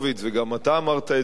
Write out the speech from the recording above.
וגם אתה אמרת את זה,